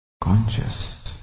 conscious